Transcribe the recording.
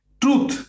truth